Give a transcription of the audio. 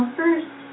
first